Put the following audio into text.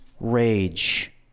rage